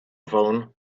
phone